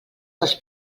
dels